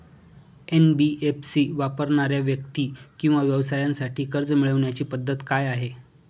NBFC वापरणाऱ्या व्यक्ती किंवा व्यवसायांसाठी कर्ज मिळविण्याची पद्धत काय आहे?